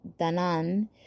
danan